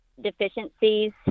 deficiencies